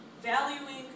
valuing